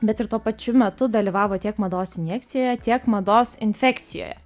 bet ir tuo pačiu metu dalyvavo tiek mados injekcijoje tiek mados infekcijoje